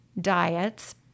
diets